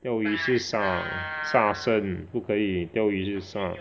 钓鱼是杀杀生不可以钓鱼是杀